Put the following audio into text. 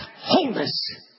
wholeness